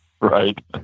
Right